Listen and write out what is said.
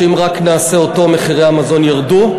שאם רק נעשה אותו מחירי המזון ירדו.